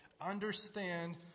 understand